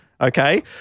Okay